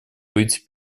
быть